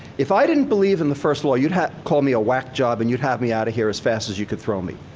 if i didn't believe in the first law, you'd call me a whack job and you'd have me out of here as fast as you could throw me.